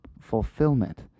fulfillment